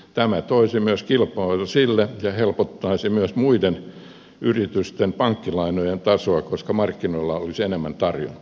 tämä toisi myös kilpailua sille ja helpottaisi myös muiden yritysten pankkilainojen tasoa koska markkinoilla olisi enemmän tarjontaa